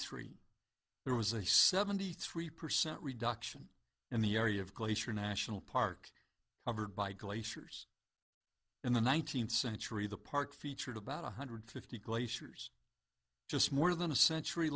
three there was a seventy three percent reduction in the area of closure national park covered by glaciers in the nineteenth century the park featured about one hundred fifty glaciers just more than a century